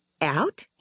Out